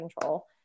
control